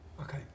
Okay